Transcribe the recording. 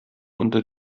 unter